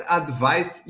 advice